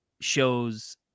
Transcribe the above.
shows